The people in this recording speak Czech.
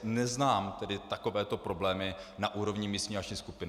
Neznám tedy takovéto problémy na úrovni místní akční skupiny.